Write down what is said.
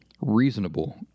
reasonable